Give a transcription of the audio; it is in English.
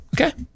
Okay